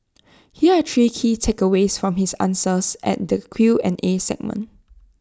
here are three key takeaways from his answers at the Q and A segment